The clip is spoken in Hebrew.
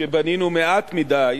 שבנינו מעט מדי